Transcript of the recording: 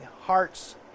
hearts